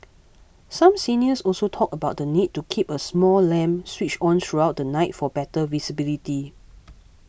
some seniors also talked about the need to keep a small lamp switched on throughout the night for better visibility